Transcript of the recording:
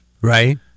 Right